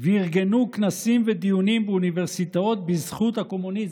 וארגנו כנסים ודיונים באוניברסיטאות בזכות הקומוניזם.